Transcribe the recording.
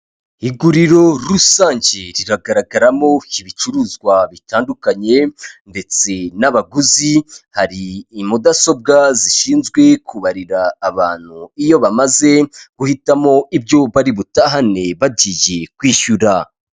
Iguriro rusange riragaragaramo ibicuruzwa bitandukanye ndetse n'abaguzi, hari mudasobwa zishinzwe kubarira abantu iyo bamaze guhitamo ibyo bari butahane bagiye kwishyura.